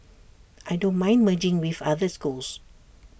I don't mind merging with other schools